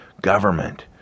government